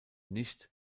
nicht